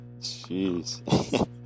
Jeez